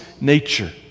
nature